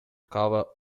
cover